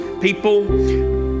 people